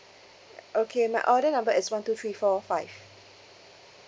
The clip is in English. okay my order number is one two three four five